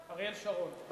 אריאל שרון.